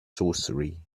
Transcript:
sorcery